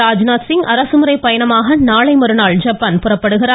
ராஜ்நாத் சிங் அரசுமுறைப் பயணமாக நாளை மறுநாள் ஐப்பான் புறப்படுகிறார்